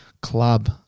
club